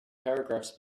paragraphs